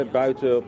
buiten